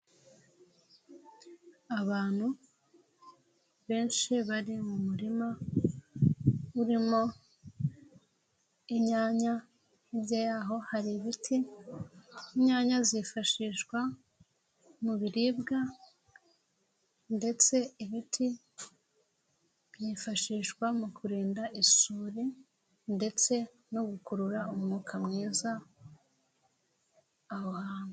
Abantu benshi bari mu murima, urimo inyanya, hirya yaho hari ibiti, inyanya zifashishwa mu biribwa ndetse ibiti, byifashishwa mu kurinda isuri ndetse no gukurura umwuka mwiza, aho hantu.